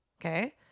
Okay